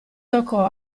toccò